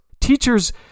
teachers